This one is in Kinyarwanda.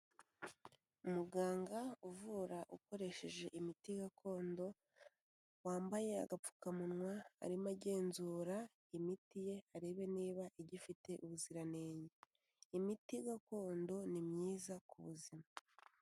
Umuganga uvura ukoresheje imiti gakondo, wambaye agapfukamunwa, arimo agenzura imiti ye arebe niba igifite ubuziranenge. Imiti gakondo ni myiza ku buzima.